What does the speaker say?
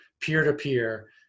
peer-to-peer